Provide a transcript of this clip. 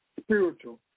spiritual